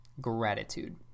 gratitude